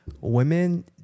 women